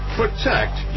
protect